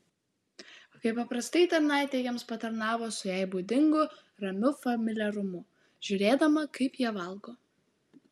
kaip paprastai tarnaitė jiems patarnavo su jai būdingu ramiu familiarumu žiūrėdama kaip jie valgo